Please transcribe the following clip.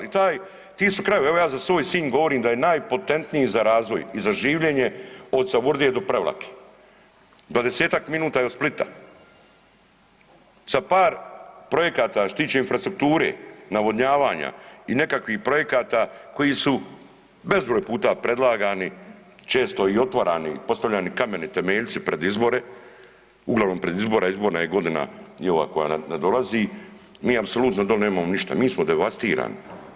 I taj ti su krajevi, evo ja za svoj Sinj govorim da je najpotentniji za razvoj i za življenje od Savudrije do Prevlake, 20-ak minuta je od Splita, sa par projekata što se tiče infrastrukture, navodnjavanja i nekakvih projekata koji su bezbroj puta predlagani, često i otvarani, postavljani kameni temeljci pred izbore, uglavnom pred izbore, a izborna je godina i ovaj koja nam nadolazi, mi apsolutno doli nemamo ništa mi smo devastirani.